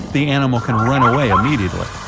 the animal can run away immediately.